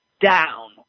down